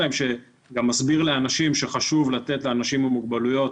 באוטובוסים נשמרים שני ספסלים לאנשים עם מוגבלות,